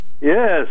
Yes